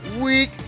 week